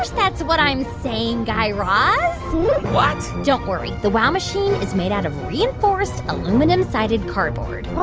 that's what i'm saying, guy raz what? don't worry. the wow machine is made out of reinforced aluminum-sided cardboard. oh.